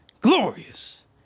glorious